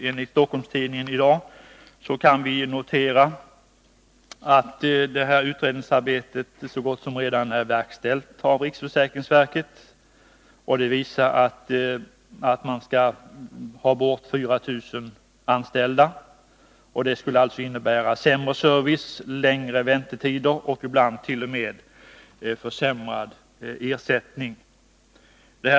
Enligt Stockholms-Tidningen i dag kan vi notera att detta utredningsarbete så gott som redan är verkställt av riksförsäkringsverket. Det visar att man skall ta bort 4 000 anställda. Det skulle alltså innebära sämre service, längre väntetider och ibland t.o.m. försämrad ersättning.